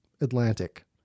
Atlantic